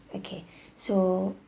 okay so